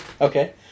Okay